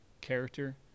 character